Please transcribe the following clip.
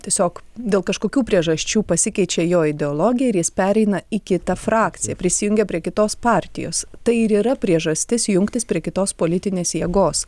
tiesiog dėl kažkokių priežasčių pasikeičia jo ideologija ir jis pereina į kitą frakciją prisijungia prie kitos partijos tai ir yra priežastis jungtis prie kitos politinės jėgos